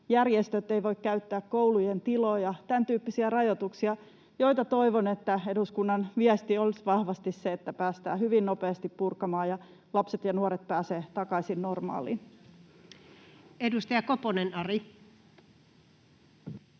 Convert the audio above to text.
järjestöt eivät voi käyttää koulujen tiloja — tämän tyyppisiä rajoituksia, joista toivon, että eduskunnan viesti olisi vahvasti se, että niitä päästään hyvin nopeasti purkamaan ja että lapset ja nuoret pääsevät takaisin normaaliin. [Speech